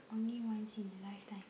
only once in a lifetime